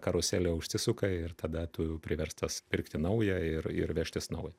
karuselė užsisuka ir tada tu priverstas pirkti naują ir ir vežtis naują